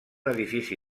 edifici